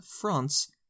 France